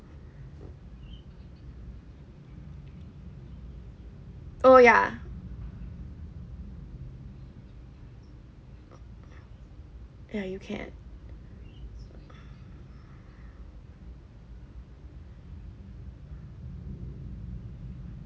oh yeah ya you can't